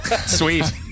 Sweet